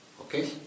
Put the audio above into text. Okay